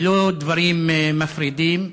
ולא דברים מפרידים.